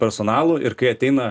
personalu ir kai ateina